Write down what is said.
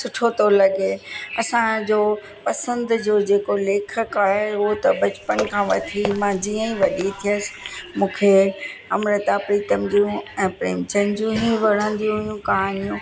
सुठो थो लॻे असांजो पसंदि जो जेको लेखकु आहे उहो त बचपन खां वठी मां जीअं ई वॾी थियसि मूंखे अमृता प्रितम जूं ऐं प्रेमचंद जूं ई वणंदी हुयूं कहाणियूं